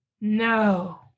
No